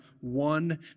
one